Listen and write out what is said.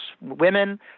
women